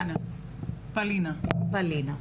פאלינה.